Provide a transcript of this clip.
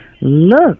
Look